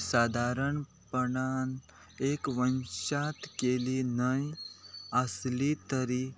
सादारणपणान एक वंशात केली न्हय आसली तरी